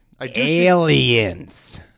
Aliens